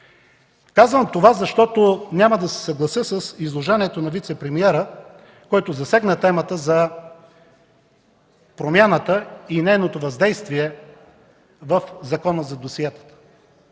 Казвам това, защото няма да се съглася с изложението на вицепремиера, в което засегна темата за промяната и нейното въздействие в Закона за досиетата.